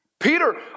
Peter